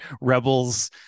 rebels